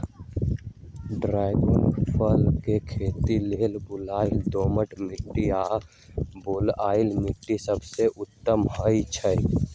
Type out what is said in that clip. dragon फल के खेती लेल बलुई दोमट माटी आ बलुआइ माटि सबसे उत्तम होइ छइ